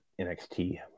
NXT